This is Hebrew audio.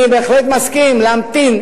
אני בהחלט מסכים להמתין.